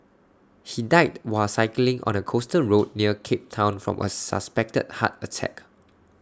he died while cycling on A coastal road near cape Town from A suspected heart attack